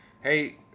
Hey